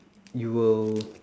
you will